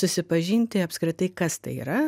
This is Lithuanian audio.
susipažinti apskritai kas tai yra